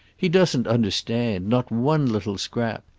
he doesn't understand not one little scrap.